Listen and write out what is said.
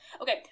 okay